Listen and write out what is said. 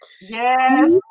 Yes